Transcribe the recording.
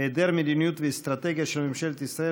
היעדר מדיניות ואסטרטגיה של ממשלת ישראל